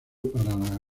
para